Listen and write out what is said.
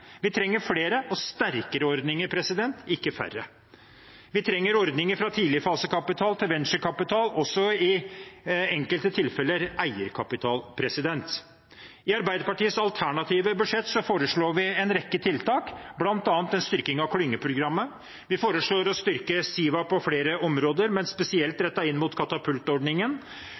Vi trenger flere og sterkere ordninger, ikke færre. Vi trenger ordninger fra tidligfasekapital til venturekapital, og også i enkelte tilfeller eierkapital. I Arbeiderpartiets alternative budsjett foreslår vi en rekke tiltak, bl.a. en styrking av klyngeprogrammet, vi foreslår å styrke Siva på flere områder, men spesielt rettet inn mot katapultordningen,